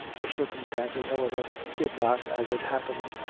the circumstances, however, did not, as it happened,